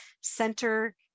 center